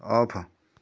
off